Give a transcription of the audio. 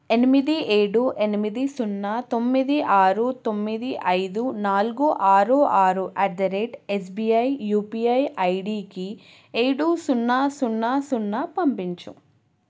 ఎనిమిది ఏడు ఎనిమిది సున్నా తొమ్మిది ఆరు తొమ్మిది ఐదు నాలుగు ఆరు ఆరు at the rate SBI UPI ఐడికి ఏడు సున్నా సున్నా సున్నా పంపించు